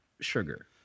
sugar